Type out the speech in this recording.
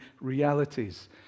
realities